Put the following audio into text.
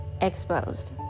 Exposed